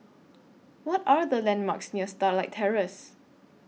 What Are The landmarks near Starlight Terrace